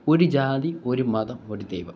ഒരു ജാതി ഒരു മതം ഒരു ദൈവം